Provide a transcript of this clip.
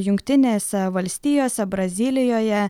jungtinėse valstijose brazilijoje